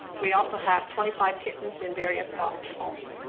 we also have twenty five kittens in various foster homes